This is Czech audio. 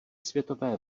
světové